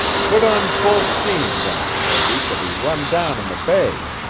put on full steam, then, or we shall be run down in the bay.